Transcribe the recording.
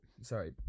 sorry